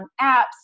apps